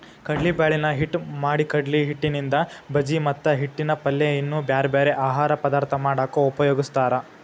ಕಡ್ಲಿಬ್ಯಾಳಿನ ಹಿಟ್ಟ್ ಮಾಡಿಕಡ್ಲಿಹಿಟ್ಟಿನಿಂದ ಬಜಿ ಮತ್ತ ಹಿಟ್ಟಿನ ಪಲ್ಯ ಇನ್ನೂ ಬ್ಯಾರ್ಬ್ಯಾರೇ ಆಹಾರ ಪದಾರ್ಥ ಮಾಡಾಕ ಉಪಯೋಗಸ್ತಾರ